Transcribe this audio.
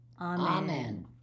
Amen